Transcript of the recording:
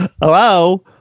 Hello